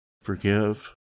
Forgive